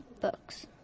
books